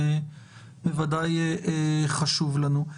זה בוודאי חשוב לנו.